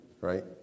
Right